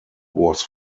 was